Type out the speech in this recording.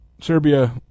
Serbia